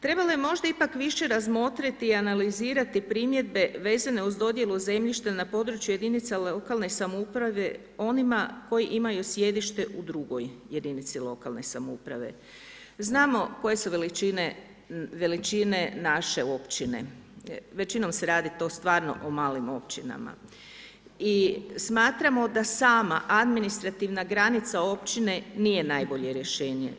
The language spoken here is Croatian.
Trebalo je možda ipak više razmotriti i analizirati primjedbe vezane uz dodjelu zemljišta na području jedinica lokalne samouprave onima koji imaju sjedište u drugoj jedinici lokalne samouprave. znamo koje su veličine naše općine, većinom se radi to stvarno o malim općinama i smatramo da sama administrativna granica općine nije najbolje rješenje.